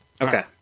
Okay